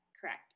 Correct